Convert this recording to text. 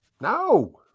No